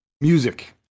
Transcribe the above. music